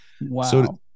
wow